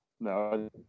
No